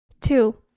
Two